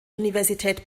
universität